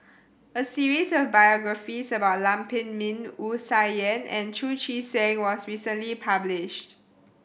a series of biographies about Lam Pin Min Wu Tsai Yen and Chu Chee Seng was recently published